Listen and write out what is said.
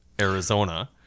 Arizona